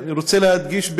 אני רוצה להדגיש,